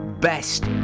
best